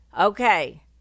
Okay